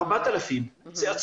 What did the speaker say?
זה המון.